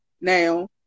now